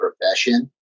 profession